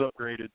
upgraded